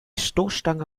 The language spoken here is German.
stoßstange